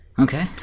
Okay